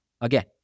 Again